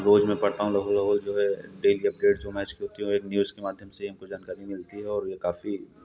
रोज़ मैं पढ़ता हूँ लगभग लगभग जो है डेली अपडेट जो मैच की होती है वो न्यूज़ के माध्यम से हमको जानकारी मिलती है जो काफ़ी